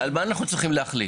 על מה אנחנו צריכים להחליט?